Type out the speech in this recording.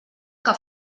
que